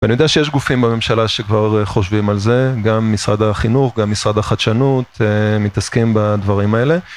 אני יודע שיש גופים בממשלה שכבר חושבים על זה, גם משרד החינוך, גם משרד החדשנות מתעסקים בדברים האלה.